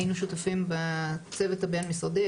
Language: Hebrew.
היינו שותפים בצוות הבין-משרדי.